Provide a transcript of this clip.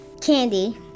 candy